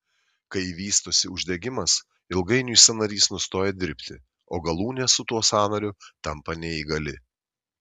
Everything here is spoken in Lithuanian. kai vystosi uždegimas ilgainiui sąnarys nustoja dirbti o galūnė su tuo sąnariu tampa neįgali